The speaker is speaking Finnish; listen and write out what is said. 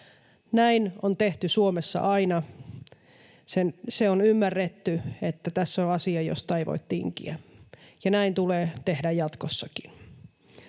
Näin on tehty Suomessa aina. On ymmärretty, että tässä on asia, josta ei voi tinkiä, ja näin tulee tehdä jatkossakin.